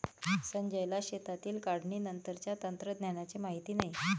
संजयला शेतातील काढणीनंतरच्या तंत्रज्ञानाची माहिती नाही